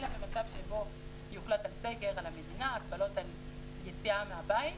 אלא אם יהיה מצב שבו יוחלט על סגר על המדינה והגבלות על יציאה מהבית,